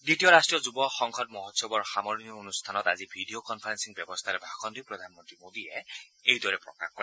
দ্বিতীয় ৰাষ্ট্ৰীয় যুব সংসদ মহোৎসৱৰ সামৰণি অনুষ্ঠানত আজি ভিডিঅ' কনফাৰেন্সিং ব্যৱস্থাৰে ভাষণ দি প্ৰধানমন্ত্ৰী মোদীয়ে এইদৰে প্ৰকাশ কৰে